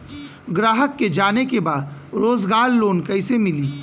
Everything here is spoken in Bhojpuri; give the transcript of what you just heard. ग्राहक के जाने के बा रोजगार लोन कईसे मिली?